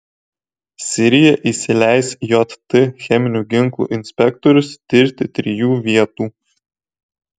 sirija įsileis jt cheminių ginklų inspektorius tirti trijų vietų